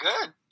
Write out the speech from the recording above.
good